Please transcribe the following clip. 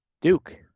Duke